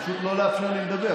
זה פשוט לא לאפשר לי לדבר.